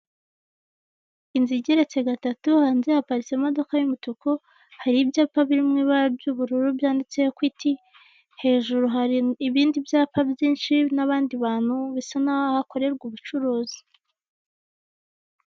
Inzu igeretse gatatu, hanze haparitse imodoka y'umutuku, hari ibyapa biri mu ibara by'ubururu byanditseho "Equity", hejuru hari ibindi byapa byinshi n'abandi bantu, bisa n'aho hakorerwa ubucuruzi.